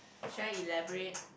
should I elaborate